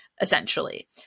essentially